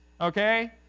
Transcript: okay